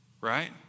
right